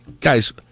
guys